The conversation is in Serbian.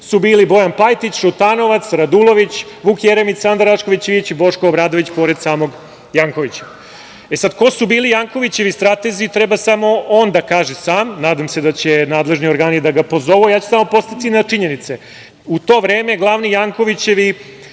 su Bojan Pajtić, Šutanovac, Radulović, Vuk Jeremić, Sanda Rašković Ivić i Boško Obradović pored samog Jankovića.E sada, ko su bili Jankovićevi stratezi treba samo on da kaže sam. Nadam se da će nadležni organi da ga pozovu. Ja ću samo podsetiti na činjenice. U to vreme glavni Jankovićevi